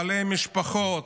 בעלי משפחות.